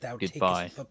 goodbye